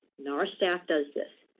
nara staff does this.